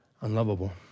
unlovable